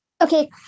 Okay